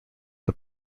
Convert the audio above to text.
but